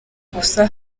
gusa